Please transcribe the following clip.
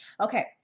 Okay